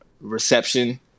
reception